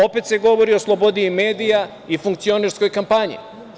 Opet se govori o slobodi medija i funkcionerskoj kampanji.